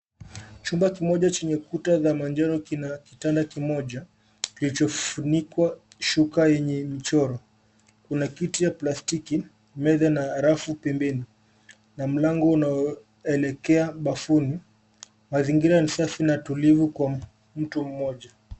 Chumba kimoja chenye kuta za njano kina kitanda kimoja kilichofunikwa shuka yenye mchoro. Kuna kiti ya plastiki, meza na rafu pembeni na mlango unaoelekea bafuni. Mazingira ni safi na tulivu kwa mtu mmoja.